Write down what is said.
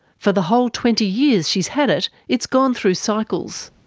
for the whole twenty years she's had it, it's gone through cycles.